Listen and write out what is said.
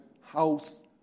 house